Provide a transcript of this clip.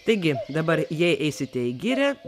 taigi dabar jei eisite į girią